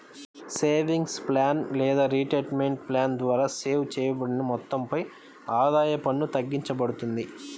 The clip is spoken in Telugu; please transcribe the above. సేవింగ్స్ ప్లాన్ లేదా రిటైర్మెంట్ ప్లాన్ ద్వారా సేవ్ చేయబడిన మొత్తంపై ఆదాయ పన్ను తగ్గింపబడుతుంది